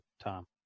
Tom